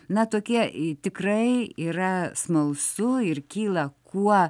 na tokie tikrai yra smalsu ir kyla kuo